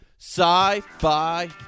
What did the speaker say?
Sci-Fi